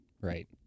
right